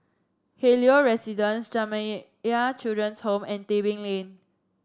Helios Residences Jamiyah Children's Home and Tebing Lane